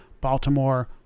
Baltimore